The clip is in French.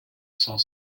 cent